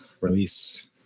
release